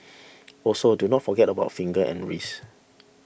also do not forget about the fingers and wrists